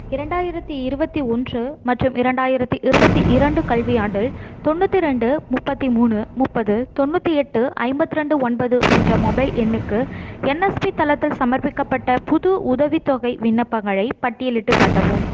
இரண்டாயிரத்து இருபத்தி ஒன்று மற்றும் இரண்டாயிரத்து இருபத்தி இரண்டு கல்வியாண்டில் தொண்ணுாற்றி ரெண்டு முப்பத்து மூணு முப்பது தொண்ணுாற்றி எட்டு ஐம்பத்ரெண்டு ஒன்பது என்ற மொபைல் எண்ணுக்கு என்எஸ்பி தளத்தில் சமர்ப்பிக்கப்பட்ட புது உதவித்தொகை விண்ணப்பங்களைப் பட்டியலிட்டுக் காட்டவும்